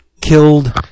killed